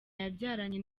yabyaranye